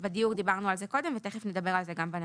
בדיור דיברנו על זה קודם ותיכף נדבר על זה גם בניידות.